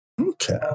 okay